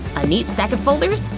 a neat stack of folders?